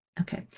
Okay